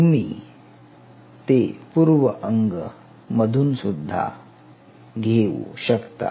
तुम्ही ते पूर्व अंग मधून सुद्धा घेऊ शकता